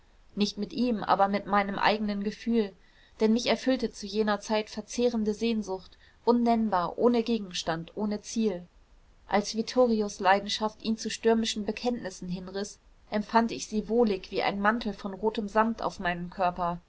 nicht mit ihm aber mit meinem eigenen gefühl denn mich erfüllte zu jener zeit verzehrende sehnsucht unnennbar ohne gegenstand ohne ziel als vittorios leidenschaft ihn zu stürmischen bekenntnissen hinriß empfand ich sie wohlig wie einen mantel von rotem samt auf meinem körper